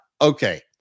okay